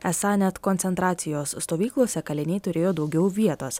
esą net koncentracijos stovyklose kaliniai turėjo daugiau vietos